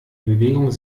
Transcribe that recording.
bewegung